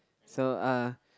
so uh